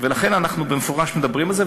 ולכן אנחנו במפורש מדברים על זה,